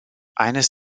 eines